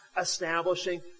establishing